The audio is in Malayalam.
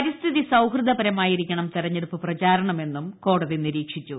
പരിസ്ഥിതി സൌഹൃദപരമായിരിക്കണം തെരഞ്ഞെടുപ്പ് പ്രചാരണമെന്നും കോടതി നിരീക്ഷിച്ചു